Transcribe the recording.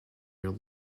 your